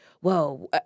whoa